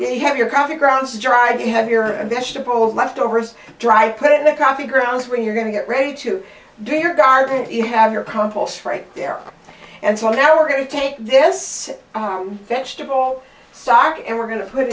you have your coffee grounds drive you have your vegetable leftovers dry put in the coffee grounds when you're going to get ready to do your garden you have your compost right there and so now we're going to take this vegetable stock and we're going to put